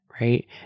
right